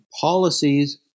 policies